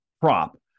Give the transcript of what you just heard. prop